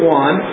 one